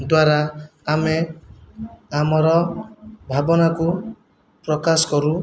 ଦ୍ଵାରା ଆମେ ଆମର ଭାବନାକୁ ପ୍ରକାଶ କରୁ